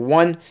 one